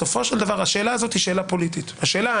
בסופו של דבר השאלה היא פוליטית ומדינית,